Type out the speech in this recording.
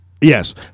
Yes